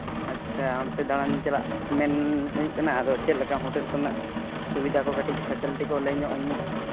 ᱟᱪᱪᱷᱟ ᱚᱱᱛᱮ ᱫᱟᱬᱟᱱᱤᱧ ᱪᱟᱞᱟᱜ ᱢᱮᱱ ᱦᱩᱭᱩᱜ ᱠᱟᱱᱟ ᱟᱫᱚ ᱪᱮᱫᱞᱮᱠᱟ ᱦᱳᱴᱮᱞ ᱠᱚᱨᱮᱱᱟᱜ ᱥᱩᱵᱤᱫᱟ ᱠᱚ ᱠᱟᱹᱴᱤᱡ ᱯᱷᱮᱥᱮᱞᱤᱴᱤ ᱠᱚ ᱞᱟᱹᱭ ᱧᱚᱜ ᱟᱹᱧ ᱢᱮ